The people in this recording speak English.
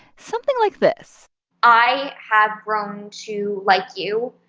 something like this i have grown to like you,